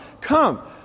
come